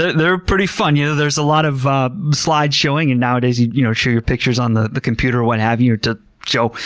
they're pretty fun. there's a lot of slide showing, and nowadays you you know share your pictures on the the computer or what have you, to show,